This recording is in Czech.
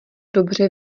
dobře